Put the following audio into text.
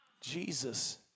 Jesus